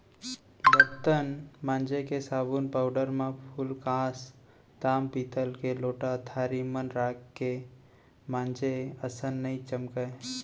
बरतन मांजे के साबुन पाउडर म फूलकांस, ताम पीतल के लोटा थारी मन राख के मांजे असन नइ चमकय